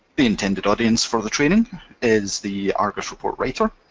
the intended audience for the training is the argos report writer.